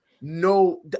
no